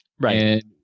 Right